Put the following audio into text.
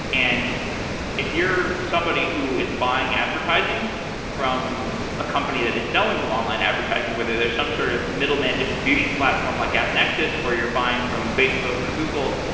and if you're somebody who is buying advertising from a company that is selling you online advertising, whether they're some sort of middlemen distribution platform, like appnexus, or you're buying from facebook, or google,